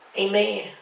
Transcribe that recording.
Amen